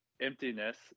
emptiness